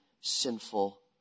sinful